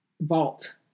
vault